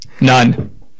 none